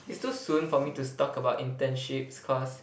it's too soon for me to stalk about internships cause